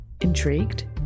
Intrigued